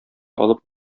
алып